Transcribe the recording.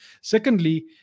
Secondly